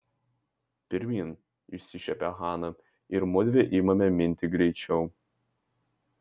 pirmyn išsišiepia hana ir mudvi imame minti greičiau